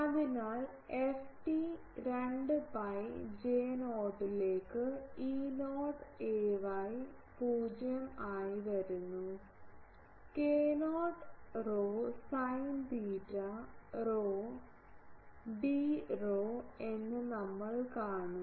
അതിനാൽ ft 2 pi J0 ലേക്ക് E0 ay 0 ആയി വരുന്നു k0 ρ sin theta rho d rho എന്ന് നമ്മൾ കാണും